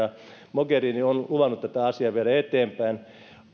mogherini on luvannut tätä asiaa viedä eteenpäin